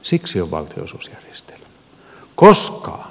siksi on valtionosuusjärjestelmä